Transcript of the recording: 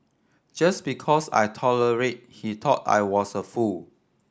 just because I tolerated he thought I was a fool